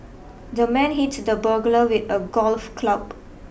the man hit the burglar with a golf club